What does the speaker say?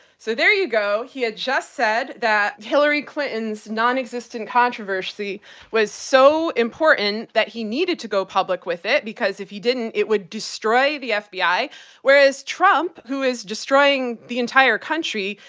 so there you go. he had just said that hillary clinton's nonexistent controversy was so important that he needed to go public with it, because if he didn't, it would destroy the fbi, whereas trump, who is destroying the entire country,